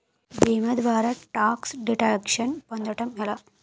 భీమా ద్వారా tax deduction పొందటం ఎలా?